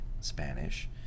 Spanish